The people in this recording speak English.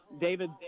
david